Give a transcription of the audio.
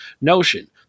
notion